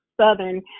Southern